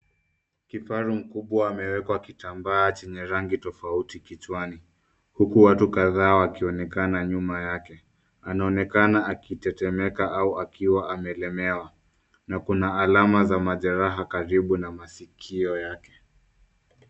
Kifaru mkubwa amewekwa kitambaa chenye rangi tofauti kichwani huku watu kadhaa wakionekana nyuma yake. Anaonekana akitetemeka au akiwa amelemewa na kuna alama za majeraha karibu na masikio yake.